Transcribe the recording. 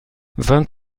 vingt